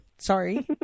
Sorry